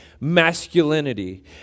masculinity